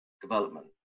development